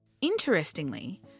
Interestingly